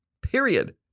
period